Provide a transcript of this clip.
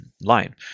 line